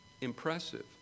Impressive